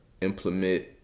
implement